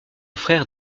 frère